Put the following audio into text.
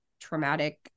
traumatic